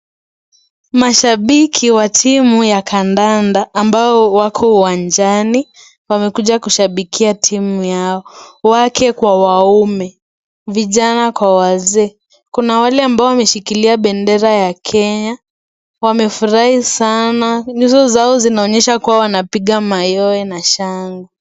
Mashabiki wa timu ya kandanda ambao wako uwanjani wamekuja kushabikia timu yao wake kwa waume , vijana kwa wazee kuna wale ambao wameshikilia bendera ya Kenya wamefurahi sana nyuso zao zinaonyesha kubwa wanapiga mayowe na shangwe.